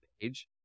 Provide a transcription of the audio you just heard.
page